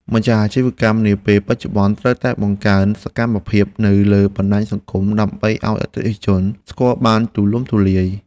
ម្ចាស់អាជីវកម្មនាពេលបច្ចុប្បន្នត្រូវតែបង្កើនសកម្មភាពនៅលើបណ្តាញសង្គម ដើម្បីឱ្យអតិថិជនស្គាល់បានទូលំទូលាយ។